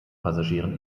passagieren